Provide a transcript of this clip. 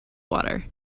water